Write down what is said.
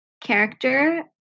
character